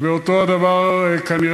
השר אורי אריאל.